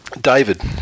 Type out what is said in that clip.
David